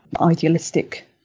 idealistic